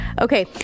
Okay